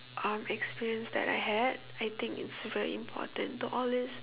um experience that I had I think it's very important to always